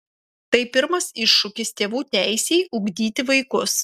tai pirmas iššūkis tėvų teisei ugdyti vaikus